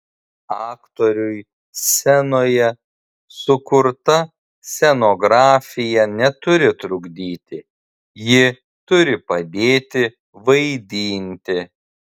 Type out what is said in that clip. aktoriui scenoje sukurta scenografija neturi trukdyti ji turi padėti vaidinti